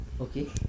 Okay